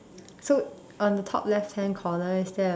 so on the top left hand corner is there a